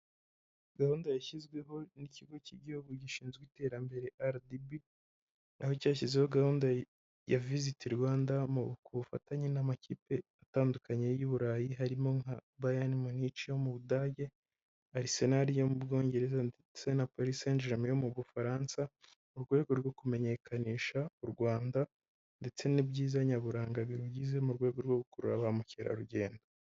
Gahunda yashyizweho n'ikigo cy'igihugu gishinzwe iterambere RDB, aho cyashyizeho gahunda ya Visit Rwanda ku bufatanye n'amakipe atandukanye y'i Burayi, harimo nka Bayern Munich yo mu Budage, Arsenal yo mu Bwongereza ndetse na Paris saint germain yo mu Bufaransa, mu rwego rwo kumenyekanisha u Rwanda ndetse n'ibyiza nyaburanga birugize, mu rwego rwo gukurura ba mukerarugendo.